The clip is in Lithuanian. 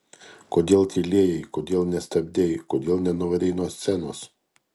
kodėl tylėjai kodėl nestabdei kodėl nenuvarei nuo scenos